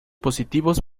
positivos